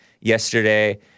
yesterday